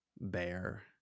bear